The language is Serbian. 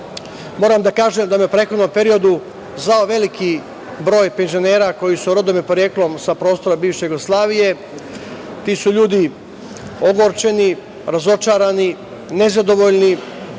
da kažem da me je u prethodnom periodu zvao veliki broj penzionera koji su rodom i poreklom sa prostora bivše Jugoslavije, ti su ljudi ogorčeni, razočarani, nezadovoljni.